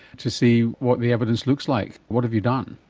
to see what the evidence looks like. what have you done?